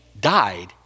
died